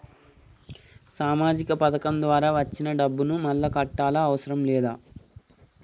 సామాజిక పథకం ద్వారా వచ్చిన డబ్బును మళ్ళా కట్టాలా అవసరం లేదా?